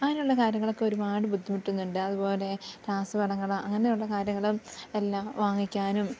അങ്ങനെയുള്ള കാര്യങ്ങളൊക്കെ ഒരുപാട് ബുദ്ധിമുട്ടുന്നുണ്ട് അതുപോലെ രാസവളങ്ങൾ അങ്ങനെയുള്ള കാര്യങ്ങളും എല്ലാം വാങ്ങിക്കാനും